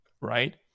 right